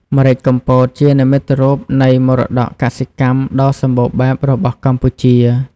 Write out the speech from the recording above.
ម្រេចកំពតជានិមិត្តរូបនៃមរតកកសិកម្មដ៏សម្បូរបែបរបស់កម្ពុជា។